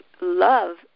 love